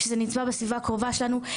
שזה נמצא בסביבה הקרובה שלנו,